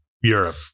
Europe